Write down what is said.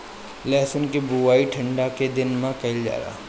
लहसुन के बोआई ठंढा के दिन में कइल जाला